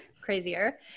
crazier